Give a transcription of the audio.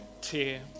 tear